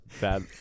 bad